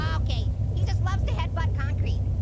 um okay, he just loves to headbutt concrete,